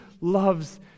loves